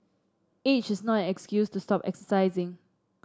age is not an excuse to stop exercising